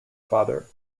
father